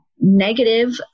negative